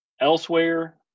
Elsewhere